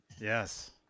yes